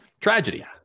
tragedy